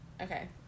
Okay